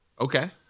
Okay